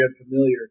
unfamiliar